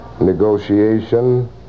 negotiation